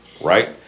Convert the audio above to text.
Right